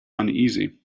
uneasy